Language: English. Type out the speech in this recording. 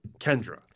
Kendra